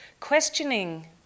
questioning